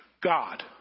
God